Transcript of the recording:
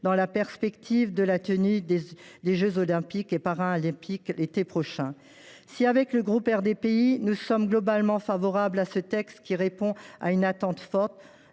dans la perspective de la tenue des jeux Olympiques et Paralympiques l’été prochain. Si les membres du groupe RDPI sont globalement favorables à ce texte, qui répond à une attente forte,